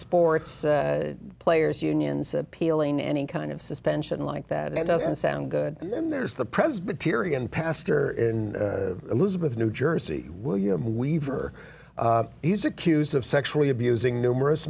sports players unions appealing any kind of suspension like that doesn't sound good and then there's the presbyterian pastor in elizabeth new jersey william weaver he's accused of sexually abusing numerous